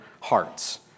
hearts